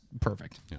perfect